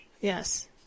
Yes